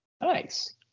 Nice